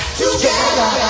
together